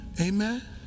amen